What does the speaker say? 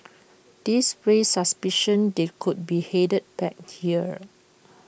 this raised suspicion they could be headed back here